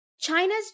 China's